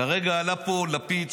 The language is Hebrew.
כרגע עלה פה לפיד,